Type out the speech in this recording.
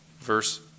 verse